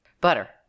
Butter